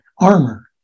armor